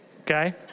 Okay